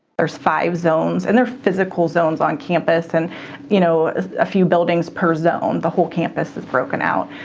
there's five zones, and they're physical zones on campus, and you know a few buildings per zone. the whole campus is broken out.